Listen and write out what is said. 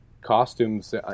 costumes